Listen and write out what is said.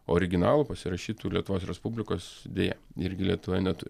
originalų pasirašytų lietuvos respublikos deja irgi lietuva netu